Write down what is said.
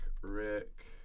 Rick